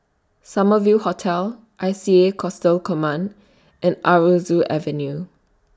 Summer View Hotel I C A Coastal Command and Aroozoo Avenue